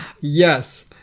Yes